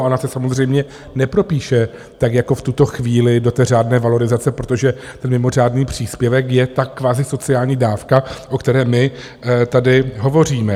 A ona se samozřejmě nepropíše tak jako v tuto chvíli do té řádné valorizace, protože ten mimořádný příspěvek je ta kvazisociální dávka, o které my tady hovoříme.